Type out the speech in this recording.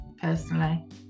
personally